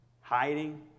hiding